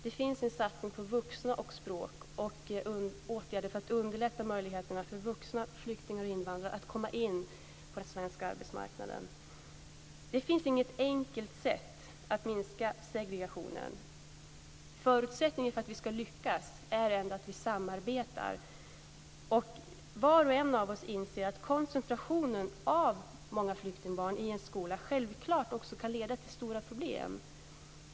Det finns en satsning på vuxna och språk med åtgärder för att förbättra möjligheterna för vuxna flyktingar och invandrare att komma in på den svenska arbetsmarknaden. Det finns inget enkelt sätt att minska segregationen. Förutsättningen för att vi ska kunna lyckas är dock att vi samarbetar. Var och en av oss inser att en koncentration av många flyktingbarn i en skola självklart också kan leda till stora problem.